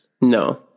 No